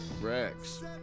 Rex